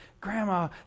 Grandma